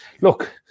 Look